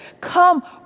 come